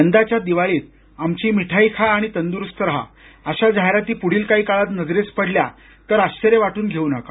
यंदाच्या दिवाळीत आमची मिठाई खा तंदुरूस्त रहा अशा जाहीराती पुढील काही काळात नजरेस पडल्या तर आश्चर्य वाट्रन घेऊ नका